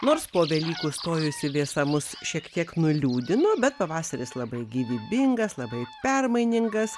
nors po velykų stojusi vėsa mus šiek tiek nuliūdino bet pavasaris labai gyvybingas labai permainingas